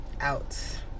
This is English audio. Out